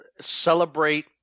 celebrate